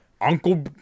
Uncle